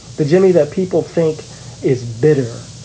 the jimmy that people think is bitter.